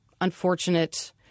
unfortunate